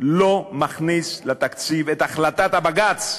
לא מכניס לתקציב את החלטת הבג"ץ,